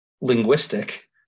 Linguistic